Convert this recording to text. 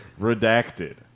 redacted